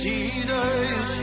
Jesus